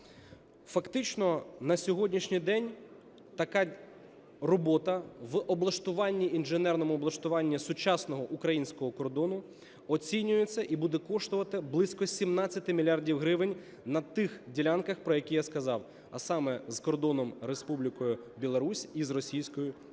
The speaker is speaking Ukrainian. Фактично на сьогоднішній день така робота в облаштуванні, інженерному облаштуванні сучасного українського кордону оцінюється і буде коштувати близько 17 мільярдів гривень на тих ділянках, про які я сказав, а саме кордону з Республікою Білорусь і з Російською Федерацією.